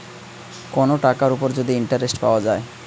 কোন টাকার উপর যদি ইন্টারেস্ট পাওয়া যায়